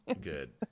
good